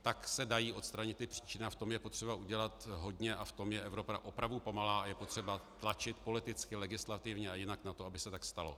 Tak se dají odstranit ty příčiny a v tom je potřeba udělat hodně a v tom je Evropa opravdu pomalá a je potřeba tlačit politicky, legislativně a jinak na to, aby se tak stalo.